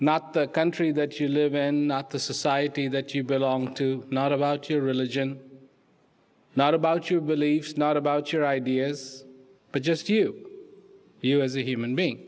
not the country that you live in the society that you belong to not about your religion not about your beliefs not about your ideas but just you you as a human being